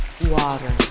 water